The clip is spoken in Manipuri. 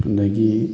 ꯑꯗꯒꯤ